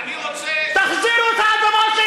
מה אתה רוצה?